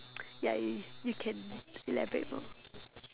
ya y~ you can elaborate more